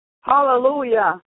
Hallelujah